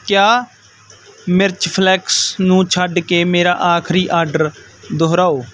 ਕਿਆ ਮਿਰਚ ਫਲੈਕਸ ਨੂੰ ਛੱਡ ਕੇ ਮੇਰਾ ਆਖਰੀ ਆਰਡਰ ਦੁਹਰਾਓ